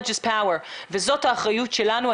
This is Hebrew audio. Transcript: זאת האחריות שלנו.